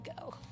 go